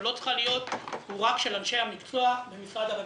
לא צריכה להיות הוא רק של אנשי המקצוע במשרד הרווחה.